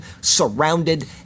surrounded